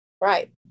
Right